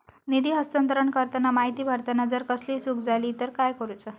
निधी हस्तांतरण करताना माहिती भरताना जर कसलीय चूक जाली तर काय करूचा?